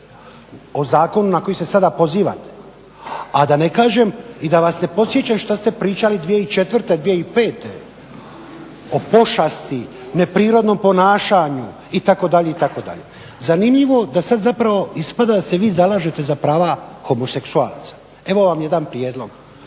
zakonu na koji se sada pozivate, a da ne kažem i da vas ne podsjećam šta ste pričali 2004., 2005. o pošasti, neprirodnom ponašanju itd., itd. Zanimljivo da sad zapravo ispada da se vi zalažete za prava homoseksualaca. Evo vam jedan prijedlog,